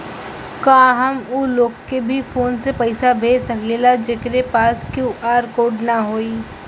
का हम ऊ लोग के भी फोन से पैसा भेज सकीला जेकरे पास क्यू.आर कोड न होई?